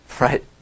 Right